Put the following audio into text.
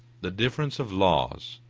the difference of laws,